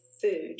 food